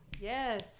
yes